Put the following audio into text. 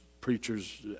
preachers